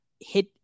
hit